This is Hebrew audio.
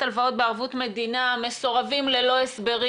הלוואות בערבות מדינה מסורבים ללא הסברים.